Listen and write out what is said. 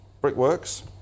Brickworks